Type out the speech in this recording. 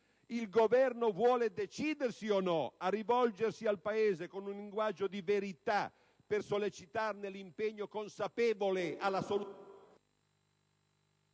Il Governo vuole decidersi o no a rivolgersi al Paese con un linguaggio di verità per sollecitarne l'impegno consapevole alla soluzione